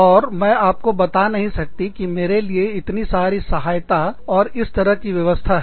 और मैं आपको नहीं बता सकती कि मेरे लिए इतनी सारी सहायता और इस तरह की व्यवस्था है